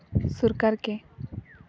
ᱥᱚᱨᱠᱟᱨ ᱜᱮ